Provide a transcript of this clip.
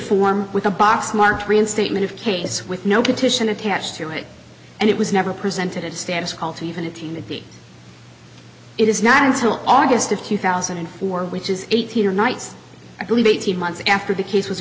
form with a box marked reinstatement of case with no petition attached to it and it was never presented a status call to even a team that the it is not until august of two thousand and four which is eighteen or nights i believe eighteen months after the case was